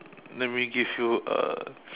let me give you a